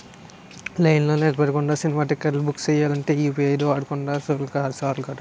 లైన్లో నిలబడకుండా సినిమా టిక్కెట్లు బుక్ సెయ్యాలంటే యూ.పి.ఐ వాడుకుంటే సాలు కదా